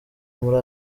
muri